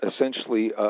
essentially